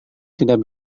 tidak